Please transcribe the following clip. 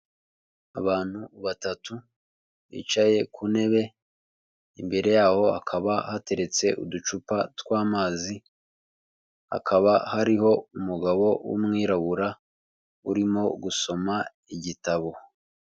Abantu batatu bicaye ku ntebe, imbere yabo hakaba hateretse uducupa tw'amazi, hakaba hariho umugabo w'umwirabura urimo gusoma igitabo.